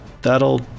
that'll